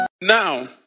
now